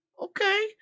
okay